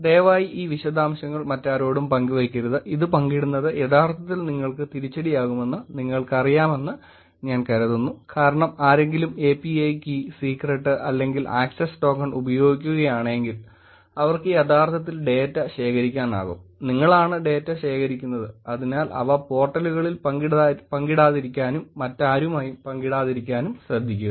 ദയവായി ഈ വിശദാംശങ്ങൾ മറ്റാരോടും പങ്കുവയ്ക്കരുത് ഇത് പങ്കിടുന്നത് യഥാർത്ഥത്തിൽ നിങ്ങൾക്ക് തിരിച്ചടിയാകുമെന്ന് നിങ്ങൾക്കറിയാമെന്ന് ഞാൻ കരുതുന്നു കാരണം ആരെങ്കിലും API കീ സീക്രട്ട് അല്ലെങ്കിൽ ആക്സസ് ടോക്കൺ ഉപയോഗിക്കുകയാണെങ്കിൽ അവർക്ക് യഥാർത്ഥത്തിൽ ഡാറ്റ ശേഖരിക്കാനാകും നിങ്ങളാണ് ഡാറ്റ ശേഖരിക്കുന്നത് അതിനാൽ അവ പോർട്ടലുകളിൽ പങ്കിടാതിരിക്കാനും മറ്റാരുമായും പങ്കിടാതിരിക്കാനും ശ്രദ്ധിക്കുക